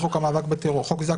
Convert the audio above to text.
חוק המאבק בטרור "חוק זה",